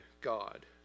God